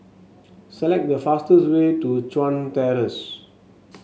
select the fastest way to Chuan Terrace